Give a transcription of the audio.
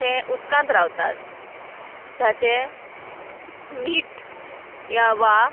तें उदकांत रावतात ताचें मीठ या वा